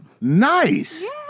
Nice